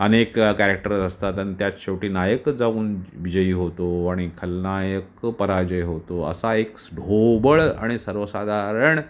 अनेक कॅरेक्टर असतात आणि त्यात शेवटी नायकच जाऊन विजयी होतो आणि खलनायक पराजय होतो असा एक ढोबळ आणि सर्वसाधारण